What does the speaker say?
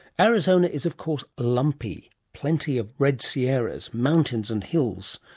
arizona is of course lumpy. plenty of red sierras, mountains and hills,